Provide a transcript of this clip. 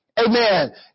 Amen